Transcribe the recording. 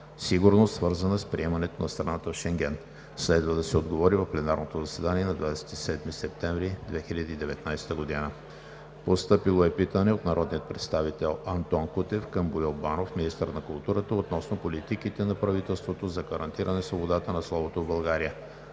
сигурност, свързана с приемането на страната в Шенген. Следва да се отговори в пленарното заседание на 27 септември 2019 г. Постъпило е питане от народния представител Антон Кутев към Боил Банов – министър на културата, относно политиките на правителството за гарантиране свободата на словото в България.